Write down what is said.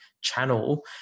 channel